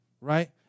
right